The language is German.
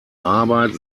arbeit